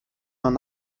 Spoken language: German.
man